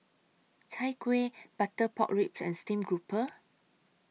Chai Kuih Butter Pork Ribs and Steamed Grouper